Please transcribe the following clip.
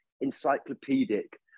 encyclopedic